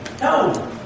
No